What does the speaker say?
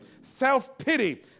self-pity